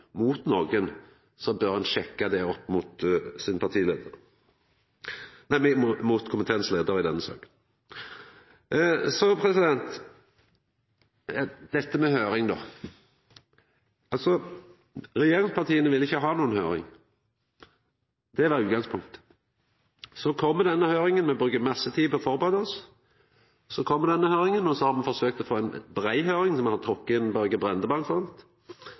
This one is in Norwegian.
mot nokon, bør ein sjekka det opp mot komiteens leiar. Så til denne høyringa. Regjeringspartia ville ikkje ha noka høyring, det var utgangspunktet. Så kjem høyringa. Me bruker masse tid på å førebu oss. Me har forsøkt å få ei brei høyring. Me har bl.a. trekt inn Børge